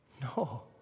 No